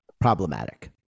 problematic